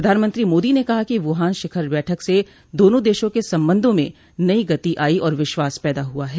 प्रधानमंत्री मोदी ने कहा कि वुहान शिखर बैठक से दोनों देशों के संबंधों में नई गति आई और विश्वास पैदा हुआ है